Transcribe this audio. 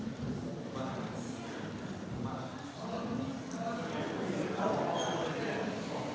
Hvala